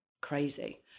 crazy